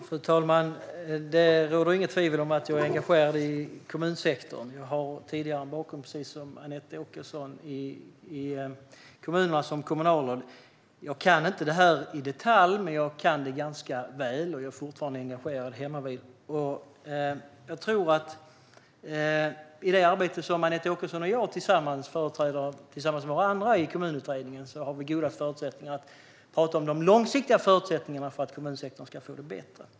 Fru talman! Det råder inget tvivel om att jag är engagerad i kommunsektorn. Jag har, precis som Anette Åkesson, en bakgrund som kommunalråd. Jag kan inte detta i detalj, men jag kan det ganska väl. Jag är fortfarande engagerad hemmavid. Jag tror att vi i det arbete som Anette Åkesson och jag gör tillsammans i Kommunutredningen har goda förutsättningar att prata om de långsiktiga förutsättningarna för att kommunsektorn ska få det bättre.